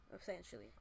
essentially